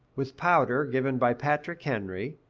with powder given by patrick henry,